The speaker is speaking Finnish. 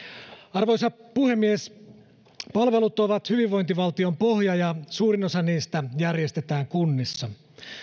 arvoisa puhemies palvelut ovat hyvinvointivaltion pohja ja suurin osa niistä järjestetään kunnissa